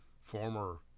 former